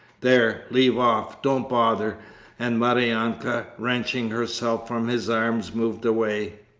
there, leave off! don't bother and maryanka, wrenching herself from his arms, moved away.